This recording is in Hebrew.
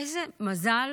איזה מזל